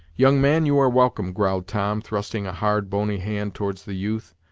young man, you are welcome, growled tom, thrusting a hard, bony hand towards the youth,